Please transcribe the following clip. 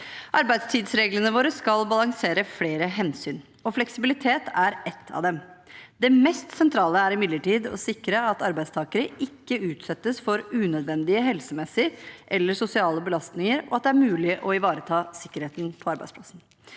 Arbeidstidsreglene våre skal balansere flere hensyn, og fleksibilitet er et av dem. Det mest sentrale er imidlertid å sikre at arbeidstakere ikke utsettes for unødvendige helsemessige eller sosiale belastninger, og at det er mulig å ivareta sikkerheten på arbeidsplassen.